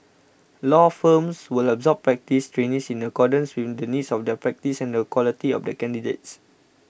law firms will absorb practice trainees in accordance with the needs of their practice and the quality of the candidates